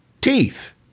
teeth